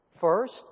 First